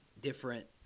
different